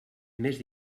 més